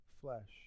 flesh